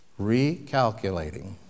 recalculating